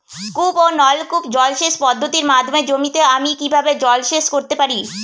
কূপ ও নলকূপ জলসেচ পদ্ধতির মাধ্যমে জমিতে আমি কীভাবে জলসেচ করতে পারি?